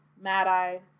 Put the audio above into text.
Mad-Eye